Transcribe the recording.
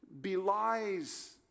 belies